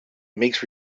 makes